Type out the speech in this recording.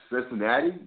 Cincinnati